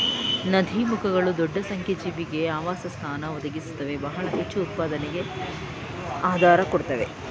ನದೀಮುಖಗಳು ದೊಡ್ಡ ಸಂಖ್ಯೆ ಜೀವಿಗೆ ಆವಾಸಸ್ಥಾನ ಒದಗಿಸುತ್ವೆ ಬಹಳ ಹೆಚ್ಚುಉತ್ಪಾದಕತೆಗೆ ಆಧಾರ ನೀಡುತ್ವೆ